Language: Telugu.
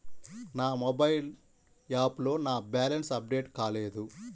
నా మొబైల్ యాప్లో నా బ్యాలెన్స్ అప్డేట్ కాలేదు